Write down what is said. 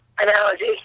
analogy